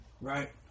Right